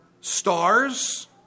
stars